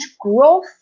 growth